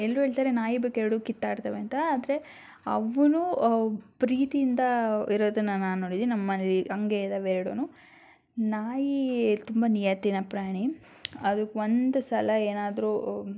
ಎಲ್ಲರೂ ಹೇಳ್ತಾರೆ ನಾಯಿ ಬೆಕ್ಕು ಎರಡೂ ಕಿತ್ತಾಡ್ತವೆ ಅಂತ ಆದರೆ ಅವೂನು ಪ್ರೀತಿಯಿಂದ ಇರೋದನ್ನ ನಾನು ನೋಡಿದೀನಿ ನಮ್ಮ ಮನೇಲ್ಲಿ ಹಂಗೇ ಇದ್ದಾವೆ ಎರಡೂ ನಾಯಿ ತುಂಬ ನಿಯತ್ತಿನ ಪ್ರಾಣಿ ಅದಕ್ ಒಂದು ಸಲ ಏನಾದರೂ